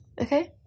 okay